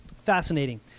fascinating